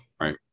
Right